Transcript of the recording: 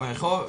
הבאה ברחוב.